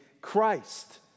Christ